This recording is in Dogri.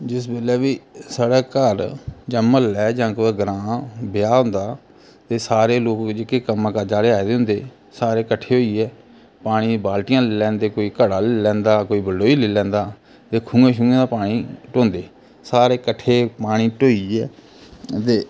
जिस बेल्लै बी साढ़े घर जां म्हल्ले जां कुतै ग्रांऽ ब्याह् होंदा ते सारे लोक जेह्के कम्मा काजा आह्ले आए दे होंदे सारे कट्ठे होइयै पानी दी बालटियां लैंदे कोई घड़ा लेई लैंदा कोई बलटोई लेई लैंदा ते खूंहे छुएं दा पानी ढौंदे सारे कट्ठे पानी ढौइयै ते